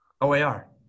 OAR